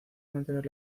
mantener